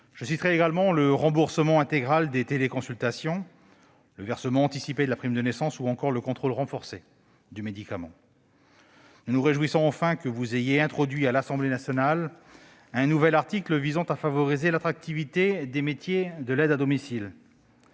fortement touché ; le remboursement intégral des téléconsultations ; le versement anticipé de la prime de naissance ; ou encore le contrôle renforcé du médicament. Nous nous réjouissons enfin que vous ayez introduit à l'Assemblée nationale un nouvel article visant à favoriser l'attractivité des métiers de l'aide à domicile.